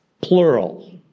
plural